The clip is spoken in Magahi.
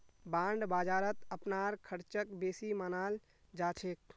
बांड बाजारत अपनार ख़र्चक बेसी मनाल जा छेक